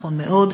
נכון מאוד.